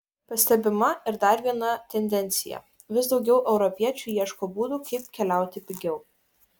pastebima ir dar viena tendencija vis daugiau europiečių ieško būdų kaip keliauti pigiau